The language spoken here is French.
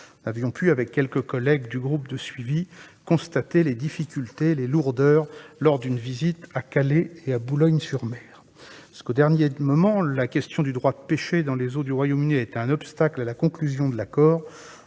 Nous avons pu, avec quelques collègues du groupe de suivi de la nouvelle relation euro-britannique, constater les difficultés et les lourdeurs lors d'une visite à Calais et à Boulogne-sur-Mer. Jusqu'au dernier moment, la question du droit de pêcher dans les eaux du Royaume-Uni a été un obstacle à la conclusion de l'accord.